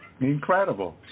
incredible